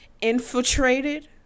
infiltrated